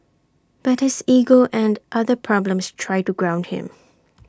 but his ego and other problems try to ground him